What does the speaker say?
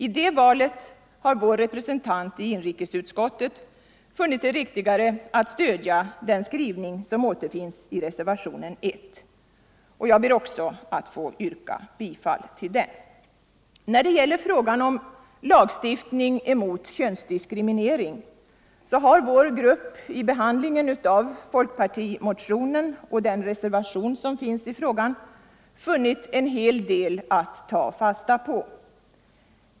I det valet har vår representant i inrikesutskottet funnit det riktigare att stödja den skrivning som återfinns i reservationen 1. Jag ber också att få yrka bifall till den. När det gäller frågan om lagstiftning mot könsdiskriminering har vår grupp vid behandlingen av folkpartimotionen och den reservation som finns i frågan funnit en hel del att ta fasta på.